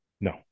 No